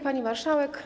Pani Marszałek!